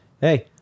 hey